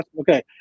Okay